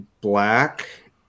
black